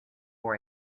for